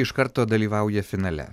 iš karto dalyvauja finale